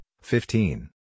fifteen